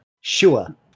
Sure